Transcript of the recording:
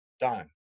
Done